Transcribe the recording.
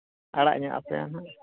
ᱟᱲᱟᱜ ᱧᱚᱜ ᱟᱯᱮᱭᱟ ᱱᱟᱦᱟᱜ